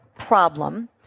problem